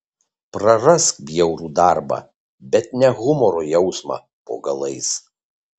prarask bjaurų darbą bet ne humoro jausmą po galais